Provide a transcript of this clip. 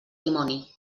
dimoni